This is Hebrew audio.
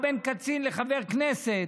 או בין קצין לחבר כנסת,